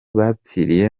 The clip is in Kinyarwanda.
bapfiriye